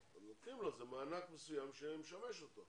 אז נותנים לו מענק מסוים שמשמש אותו.